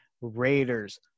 Raiders